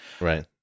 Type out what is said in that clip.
right